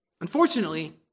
unfortunately